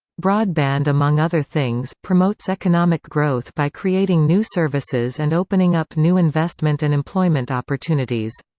broadband among other things, promotes economic growth by creating new services and opening up new investment and employment opportunities.